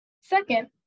Second